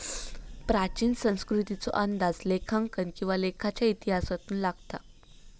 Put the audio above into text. प्राचीन संस्कृतीचो अंदाज लेखांकन किंवा लेखाच्या इतिहासातून लागता